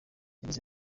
yagize